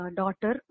daughter